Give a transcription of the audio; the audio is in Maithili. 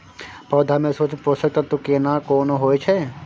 पौधा में सूक्ष्म पोषक तत्व केना कोन होय छै?